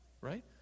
Right